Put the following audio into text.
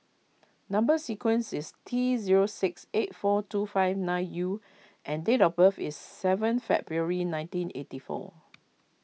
Number Sequence is T zero six eight four two five nine U and date of birth is seven February nineteen eighty four